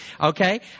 Okay